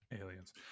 Aliens